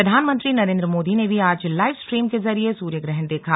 प्रधानमंत्री नरेन्द्र मोदी ने भी आज लाइव स्ट्रीम के जरिए सूर्य ग्रहण देखा